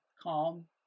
calm